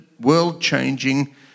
world-changing